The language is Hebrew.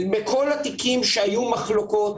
בכל התיקים שהיו מחלוקות